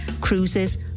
cruises